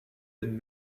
been